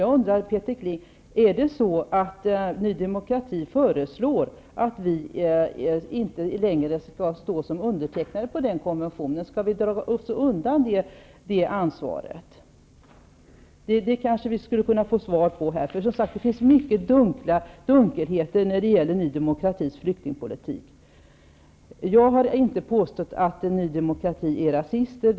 Jag undrar, Peter Kling, om Ny demokrati föreslår att vi inte längre skall stå som undertecknare av den konventionen. Skall vi dra oss undan det ansvaret? Det kanske vi skulle kunna få svar på. Det finns många dunkelheter när det gäller Ny demokratis flyktingpolitik. Jag har inte påstått att Ny demokrati är rasistiskt.